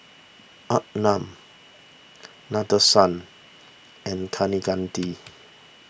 Arnab Nadesan and Kaneganti